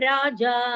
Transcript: Raja